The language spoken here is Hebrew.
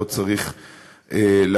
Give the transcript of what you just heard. לא צריך להרחיב.